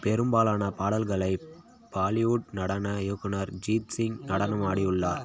பெரும்பாலான பாடல்களை பாலிவுட் நடன இயக்குனர் ஜீத் சிங் நடனமாடியுள்ளார்